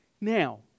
Now